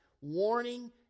warning